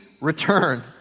return